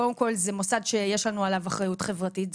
קודם כל זה מוסד שיש לנו עליו אחריות חברתית,